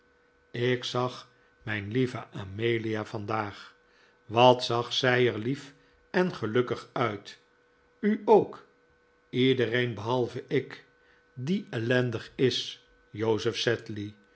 ik zag mijn lieve amelia vandaag wat zag zij er lief en gelukkig uit u ook iedereen behalve ik die ellendig is joseph sedley